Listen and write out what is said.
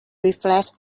reflect